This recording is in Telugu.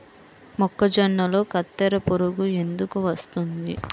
మొక్కజొన్నలో కత్తెర పురుగు ఎందుకు వస్తుంది?